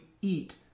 eat